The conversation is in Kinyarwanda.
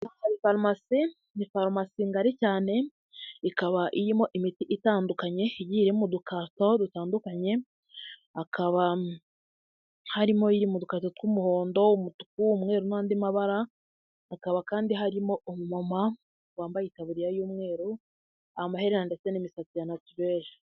Farumasi ni farumasi ngari cyane, ikaba irimo imiti itandukanye igiye irimo udukapa dutandukanye, hakaba harimo iri mu dukarito tw'umuhondo, umutuku, umweru n'andi mabara, hakaba kandi harimo umama wambaye itabuririya y'umweru, amaherera ndetse n'imisatsi ya natirere.